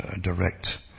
direct